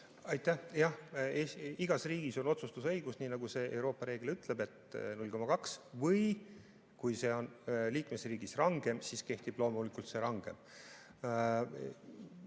Aitäh! Jah, igas riigis on otsustusõigus, nii nagu see Euroopa reegel ütleb, et 0,2 või kui see on liikmesriigis rangem, siis kehtib loomulikult see rangem.